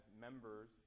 members